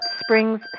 Springs